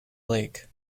lake